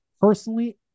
personally